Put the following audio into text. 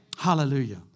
Hallelujah